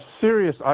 serious